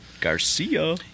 Garcia